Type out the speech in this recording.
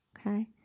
Okay